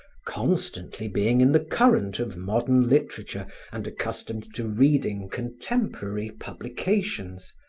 constantly being in the current of modern literature and accustomed to reading contemporary publications,